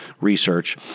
research